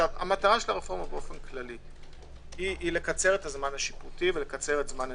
המטרה של הרפורמה לקצר את הזמן השיפוטי ואת זמן הדיונים.